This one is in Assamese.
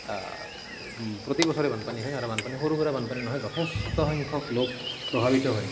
প্ৰতিবছৰে বানপানী হয় আৰু বানপানী সৰু সুৰা বানপানী নহয় যথেষ্ট সংখ্যক লোক প্ৰভাৱিত হয়